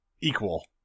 equal